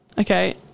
Okay